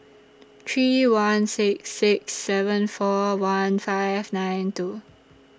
three one six six seven four one five nine two